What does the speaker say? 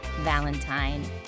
Valentine